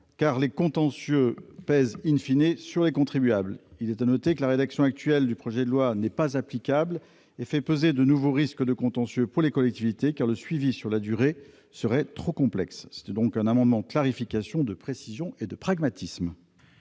car les contentieux pèsent sur les contribuables. Il est à noter que la rédaction actuelle du projet de loi n'est pas applicable et fait peser de nouveaux risques de contentieux sur les collectivités, car le suivi dans la durée serait trop complexe. Il s'agit donc d'un amendement de clarification, de précision et de pragmatisme.